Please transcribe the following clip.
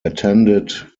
attended